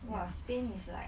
!wah! spain is like